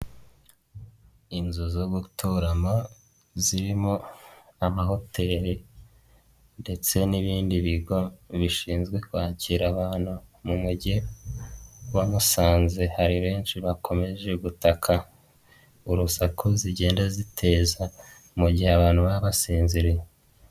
Inzu zo gutorama zirimo amahoteri ndetse n'ibindi bigo bishinzwe kwakira abantu mu mujyi wa Musanze, hari benshi bakomeje gutaka urusaku zigenda ziteza mu gihe abantu baba basinziriye.